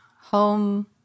Home